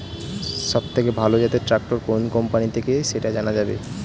সবথেকে ভালো জাতের ট্রাক্টর কোন কোম্পানি থেকে সেটা জানা যাবে?